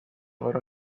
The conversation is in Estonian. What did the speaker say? vara